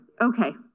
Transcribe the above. Okay